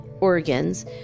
organs